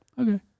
okay